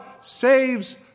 saves